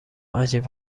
عجیب